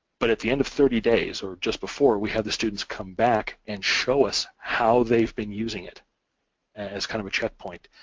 but at the end of thirty days or just before, we had the students come back and show us how they've been using it as kind of a check point.